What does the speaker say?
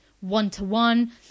one-to-one